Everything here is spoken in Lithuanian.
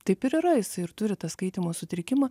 taip ir yra jisai ir turi tą skaitymo sutrikimą